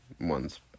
ones